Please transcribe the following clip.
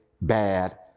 bad